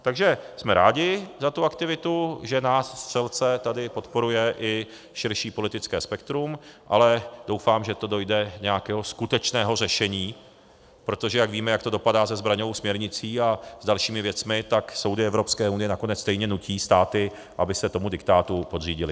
Takže jsme rádi za tu aktivitu, že nás střelce tady podporuje i širší politické spektrum, ale doufám, že to dojde nějakého skutečného řešení, protože jak víme, jak to dopadá se zbraňovou směrnicí a s dalšími věcmi, tak soudy Evropské unie nakonec stejně nutí státy, aby se tomu diktátu podřídily.